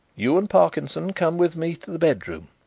you and parkinson come with me to the bedroom.